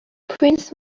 prince